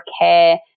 care